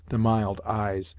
the mild eyes,